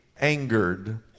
angered